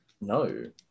No